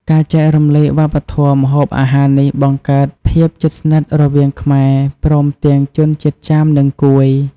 ការចែករំលែកវប្បធម៌ម្ហូបអាហារនេះបង្កើតភាពជិតស្និទរវាងខ្មែរ ព្រមទាំងជនជាតិចាម និងកួយ។